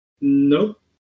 Nope